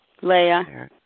Leah